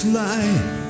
life